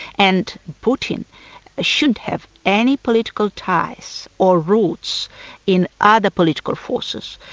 and putin ah shouldn't have any political ties or roots in other political forces,